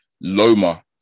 Loma